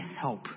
help